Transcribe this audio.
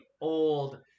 old